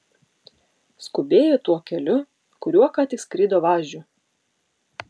skubėjo tuo keliu kuriuo ką tik skrido važiu